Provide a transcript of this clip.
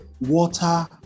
water